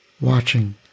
watching